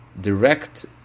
direct